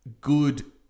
good